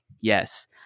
Yes